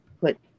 put